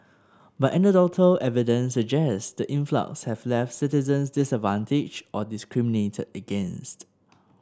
but anecdotal evidence suggests the influx have left citizens disadvantaged or discriminated against